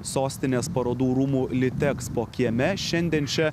sostinės parodų rūmų litexpo kieme šiandien čia